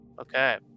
Okay